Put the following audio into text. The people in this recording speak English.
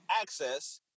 access